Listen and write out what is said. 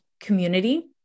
community